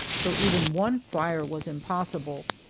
so even one fire was impossible.